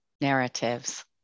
narratives